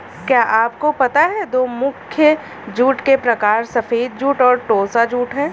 क्या आपको पता है दो मुख्य जूट के प्रकार सफ़ेद जूट और टोसा जूट है